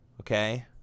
Okay